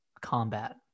combat